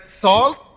salt